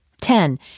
Ten